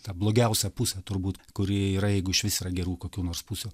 tą blogiausią pusę turbūt kuri yra jeigu išvis yra gerų kokių nors pusių